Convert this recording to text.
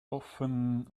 often